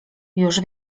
już